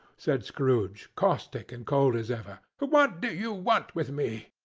said scrooge, caustic and cold as ever. what do you want with me?